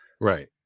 Right